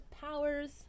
powers